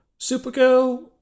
Supergirl